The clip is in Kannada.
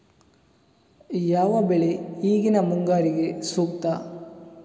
ಯಾವ ಬೆಳೆ ಈಗಿನ ಮುಂಗಾರಿಗೆ ಸೂಕ್ತ?